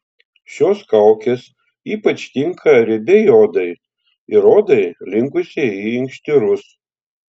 šios kaukės ypač tinka riebiai odai ir odai linkusiai į inkštirus